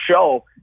show